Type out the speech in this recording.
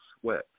sweat